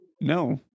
no